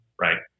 right